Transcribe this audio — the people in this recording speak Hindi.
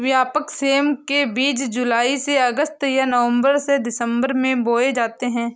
व्यापक सेम के बीज जुलाई से अगस्त या नवंबर से दिसंबर में बोए जाते हैं